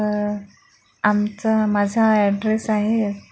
आमचा माझा ॲड्रेस आहे